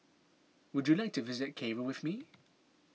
would you like to visit Cairo with me